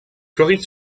floride